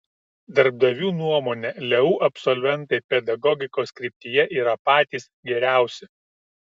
darbdavių nuomone leu absolventai pedagogikos kryptyje yra patys geriausi